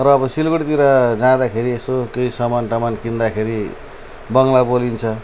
र अब सिलगढीतिर जाँदाखेरि यसो केही सामानटामान किन्दाखेरि बङ्गला बोलिन्छ